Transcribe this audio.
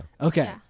Okay